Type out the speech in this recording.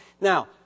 Now